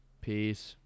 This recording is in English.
peace